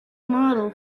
model